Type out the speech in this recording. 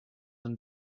and